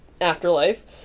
afterlife